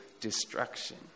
destruction